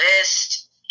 list